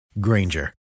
Granger